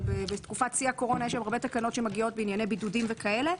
אבל בתקופת שיא הקורונה יש הרבה תקנות שמגיעות בענייני בידודים וכאלה,